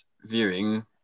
viewing